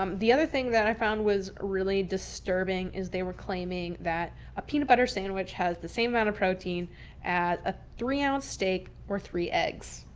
um the other thing that i found was really disturbing is they were claiming that a peanut butter sandwich has the same amount of protein as a three ounce steak or three eggs.